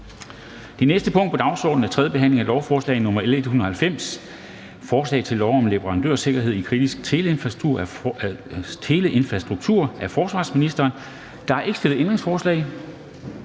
Det næste punkt på dagsordenen er: 3) 3. behandling af lovforslag nr. L 190: Forslag til lov om leverandørsikkerhed i den kritiske teleinfrastruktur. Af forsvarsministeren (Trine Bramsen).